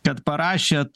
kad parašėt